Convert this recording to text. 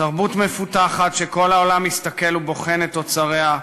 תרבות מפותחת שכל העולם מסתכל ובוחן את תוצריה,